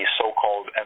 so-called